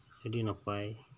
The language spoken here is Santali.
ᱟᱹᱰᱤ ᱱᱟᱯᱟᱭ